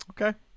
Okay